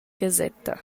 gasetta